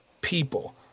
people